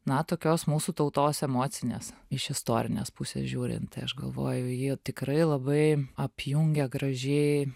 na tokios mūsų tautos emocinės iš istorinės pusės žiūrint tai aš galvoju ji tikrai labai apjungia gražiai